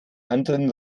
anderen